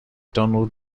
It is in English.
donald